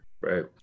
Right